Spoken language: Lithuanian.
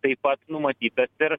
taip pat numatytas ir